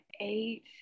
eight